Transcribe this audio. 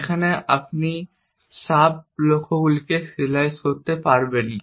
যেখানে আপনি সাব লক্ষ্যগুলিকে সিরিয়ালাইজ করতে পারবেন না